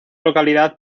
localidad